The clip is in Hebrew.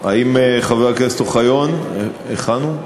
האם חבר הכנסת אוחיון, היכן הוא?